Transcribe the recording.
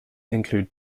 include